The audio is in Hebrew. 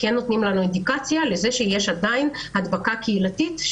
כן נותנים לנו אינדיקציה לזה שיש עדיין הדבקה קהילתית,